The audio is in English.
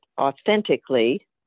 authentically